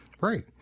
Right